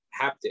haptic